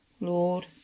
Lord